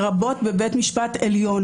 לרבות בבית משפט עליון,